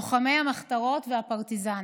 לוחמי המחתרות והפרטיזנים.